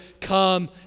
come